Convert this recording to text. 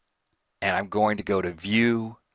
and i'm going to go to view,